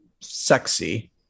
sexy